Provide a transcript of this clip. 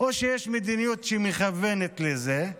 או שיש מדיניות שמכוונת לזה,